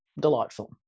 delightful